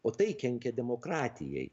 o tai kenkia demokratijai